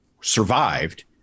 Survived